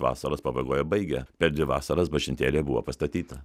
vasaros pabaigoje baigė per dvi vasaras bažnytėlė buvo pastatyta